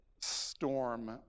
storm